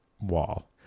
wall